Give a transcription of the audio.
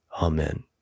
Amen